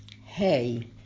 Hey